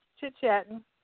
chit-chatting